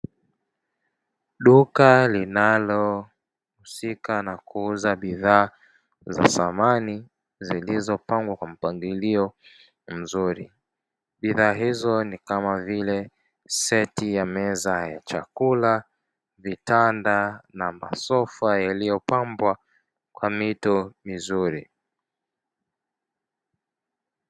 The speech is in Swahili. Duka linalohusika na kuuza bidhaa za samani; zilizopangwa kwa mpangilio mzuri. Bidhaa hizo ni kama vile: seti ya meza ya chakula, vitanda na masofa yaliyopambwa kwa mito mizuri.